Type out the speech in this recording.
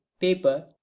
paper